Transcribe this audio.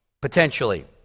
potentially